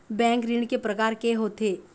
Bank ऋण के प्रकार के होथे?